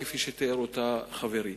כפי שתיאר אותה חברי.